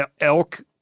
elk